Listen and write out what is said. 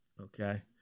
Okay